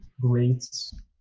greats